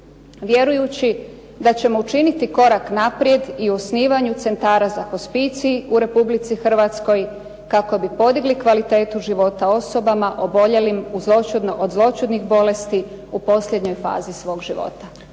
vjerujući da ćemo učiniti korak naprijed i u osnivanju centara za hospicij u Republici Hrvatskoj kako bi podigli kvalitetu života osobama oboljelim od zloćudnih bolesti u posljednjoj fazi svog života.